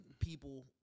people